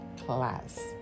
class